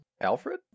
Alfred